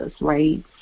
right